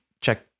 check